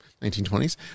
1920s